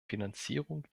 finanzierung